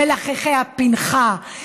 מלחכי הפנכה,